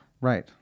right